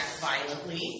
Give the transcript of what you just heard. violently